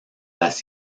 las